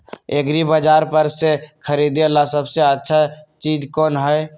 एग्रिबाजार पर से खरीदे ला सबसे अच्छा चीज कोन हई?